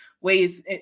ways